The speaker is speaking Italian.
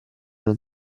non